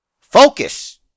Focus